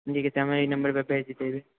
जेकि तोरा हम ई नम्बर पर भेज देतिऔ अभी